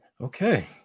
Okay